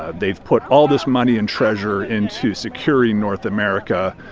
ah they've put all this money and treasure into securing north america.